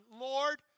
Lord